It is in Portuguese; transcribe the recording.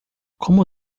como